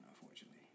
unfortunately